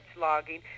logging